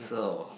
so